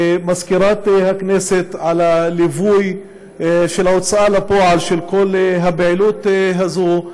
ולמזכירת הכנסת על הליווי של ההוצאה לפועל של כל הפעילות הזאת.